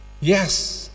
Yes